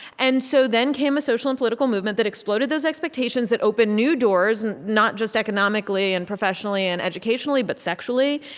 and so then came a social and political movement that exploded those expectations that opened new doors, and not not just economically and professionally and educationally, but sexually.